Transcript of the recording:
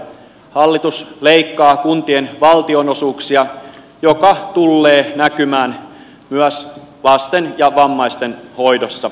hallitus leikkaa kuntien valtionosuuksia mikä tullee näkymään myös lasten ja vammaisten hoidossa